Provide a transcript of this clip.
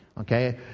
okay